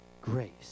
Grace